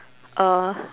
uh